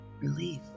relief